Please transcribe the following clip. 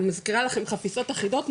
אני מזכירה לכם חפיסות אחידות,